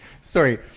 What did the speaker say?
Sorry